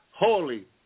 Holy